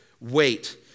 Wait